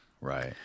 Right